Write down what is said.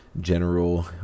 general